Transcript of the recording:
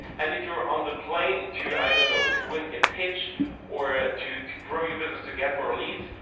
and if you're on the plane to i don't know to win a pitch or ah to to grow your business to get more leads,